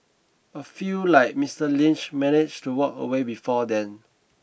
a few like Mister Lynch manage to walk away before then